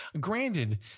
Granted